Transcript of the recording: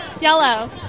Yellow